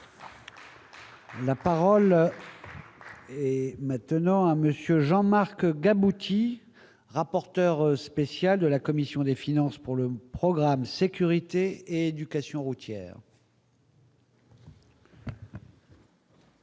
La parole. Et maintenant à monsieur Jean-Marc Gabon qui, rapporteur spécial de la commission des finances pour le programme, sécurité, éducation routière.